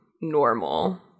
normal